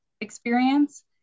experience